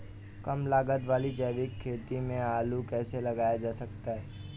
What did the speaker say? कम लागत वाली जैविक खेती में आलू कैसे लगाया जा सकता है?